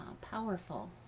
powerful